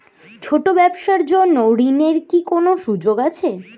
ছোট ব্যবসার জন্য ঋণ এর কি কোন সুযোগ আছে?